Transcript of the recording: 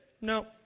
no